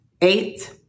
Eight